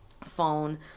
phone